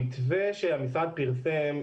המתווה שהמשרד פרסם,